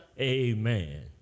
Amen